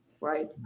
right